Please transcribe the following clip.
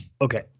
Okay